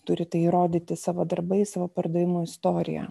turi tai įrodyti savo darbais savo pardavimų istorija